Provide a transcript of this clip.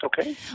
Okay